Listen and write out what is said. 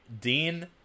Dean